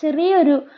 ചെറിയൊരു